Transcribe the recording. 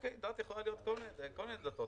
דת יכולה להיות כל מיני דתות.